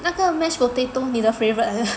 那个 mash potato 你的 favourite